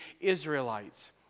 Israelites